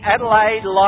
Adelaide